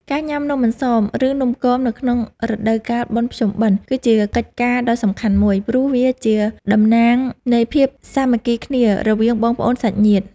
ការញ៉ាំនំអន្សម ឬនំគមនៅក្នុងរដូវកាលបុណ្យភ្ជុំបិណ្ឌ គឺជាកិច្ចការដ៏សំខាន់មួយ ព្រោះវាជាតំណាងនៃភាពសាមគ្គីគ្នារវាងបងប្អូនសាច់ញាតិ។